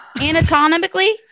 Anatomically